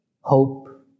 hope